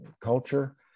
culture